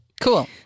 cool